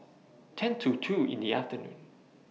ten to two in The afternoon